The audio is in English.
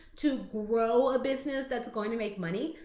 to grow a business that's going to make money.